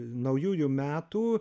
naujųjų metų